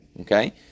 Okay